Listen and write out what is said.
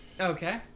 Okay